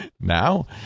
Now